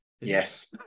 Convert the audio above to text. yes